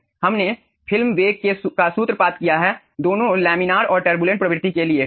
हमने फिल्म वेग का सूत्रपात किया है दोनों लैमिनार और टरबुलेंट प्रवृत्ति के लिए ठीक है